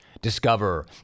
Discover